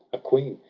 a queen,